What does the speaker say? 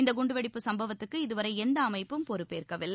இந்தகுண்டுவெடிப்புச் சும்பவத்துக்கு இதுவரைஎந்தஅமைப்பும் பொறுப்பேற்கவில்லை